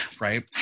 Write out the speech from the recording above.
Right